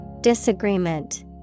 Disagreement